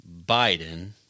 Biden